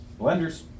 blenders